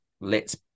lets